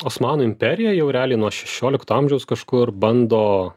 osmanų imperija jau realiai nuo šešiolikto amžiaus kažkur bando